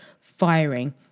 firing